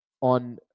on